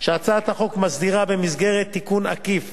שהצעת החוק מסדירה במסגרת תיקון עקיף